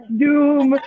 doom